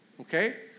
okay